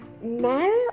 narrow